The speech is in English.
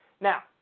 Now